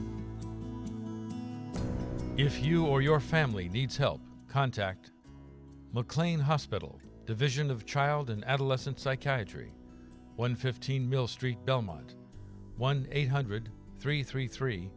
you if you or your family needs help contact mclean hospital division of child and adolescent psychiatry one fifteen mill street belmont one eight hundred three three three